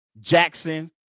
Jackson